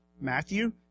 Matthew